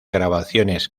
grabaciones